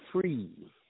free